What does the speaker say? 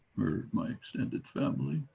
my extended family.